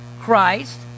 Christ